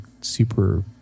super